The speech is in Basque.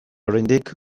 oraindik